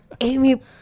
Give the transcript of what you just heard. Amy